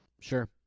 Sure